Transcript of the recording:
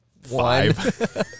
five